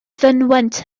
fynwent